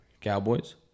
Cowboys